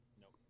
Nope